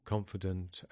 confident